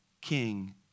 king